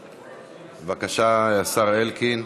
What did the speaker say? בבקשה, השר אלקין.